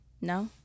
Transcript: No